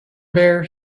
bear